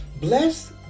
bless